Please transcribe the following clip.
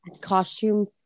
costume